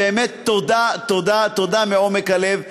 באמת תודה, תודה, תודה, מעומק הלב.